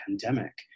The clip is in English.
pandemic